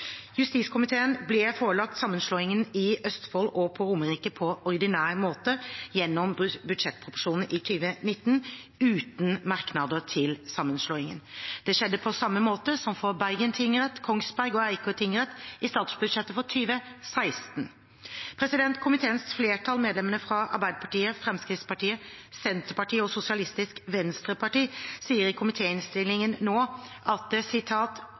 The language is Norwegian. Justiskomiteen ble forelagt sammenslåingene i Østfold og på Romerike på ordinær måte, gjennom budsjettproposisjonen i 2019, uten merknader til sammenslåingene. Dette skjedde på samme måte som for Bergen tingrett og Kongsberg og Eiker tingrett i statsbudsjettet for 2016. Komiteens flertall, medlemmene fra Arbeiderpartiet, Fremskrittspartiet, Senterpartiet og Sosialistisk Venstreparti, sier i komitéinnstillingen nå at